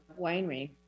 winery